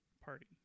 party